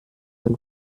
und